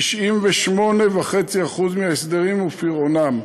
98.5% מההסדרים ופירעונם.